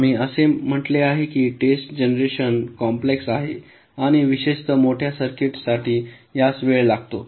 आम्ही असेही म्हटले आहे की टेस्ट जनरेशन कॉम्प्लेक्स आहे आणि विशेषत मोठ्या सर्किट्ससाठी यास वेळ लागतो